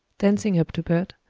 dancing up to bert.